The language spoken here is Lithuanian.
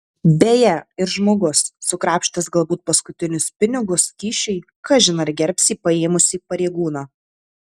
beje ir žmogus sukrapštęs galbūt paskutinius pinigus kyšiui kažin ar gerbs jį paėmusį pareigūną